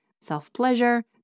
self-pleasure